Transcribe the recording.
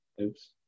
oops